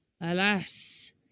alas